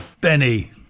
Benny